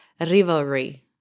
rivalry